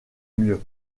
mieux